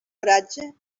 oratge